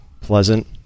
pleasant